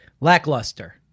Lackluster